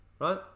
Right